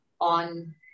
on